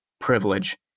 privilege